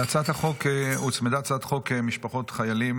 להצעת החוק הוצמדה הצעת חוק משפחות חיילים